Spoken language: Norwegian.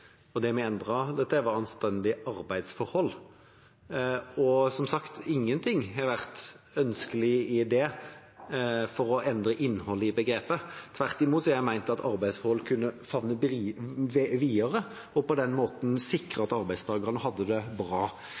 sagt har det ikke vært noe ønske om å endre innholdet i begrepet. Tvert imot har vi ment at «arbeidsforhold» kunne favne videre, og på den måten sikre at arbeidstakerne har det bra.